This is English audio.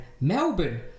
Melbourne